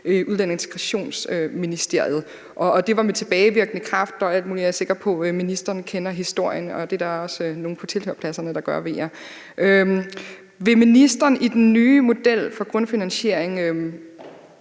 Udlændinge- og Integrationsministeriet. Og det var med tilbagevirkende kraft og alt muligt. Jeg er sikker på, at ministeren kender historien, og det er der også nogle på tilhørerpladserne der gør, ved jeg. Vil ministeren i den nye model for grundfinansiering